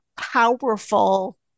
powerful